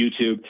YouTube